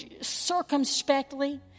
circumspectly